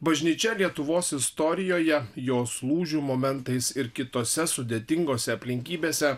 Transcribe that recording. bažnyčia lietuvos istorijoje jos lūžių momentais ir kitose sudėtingose aplinkybėse